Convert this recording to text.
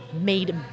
made